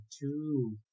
two